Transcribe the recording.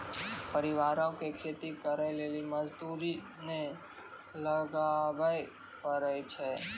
परिवारो के खेती करे लेली मजदूरी नै लगाबै पड़ै छै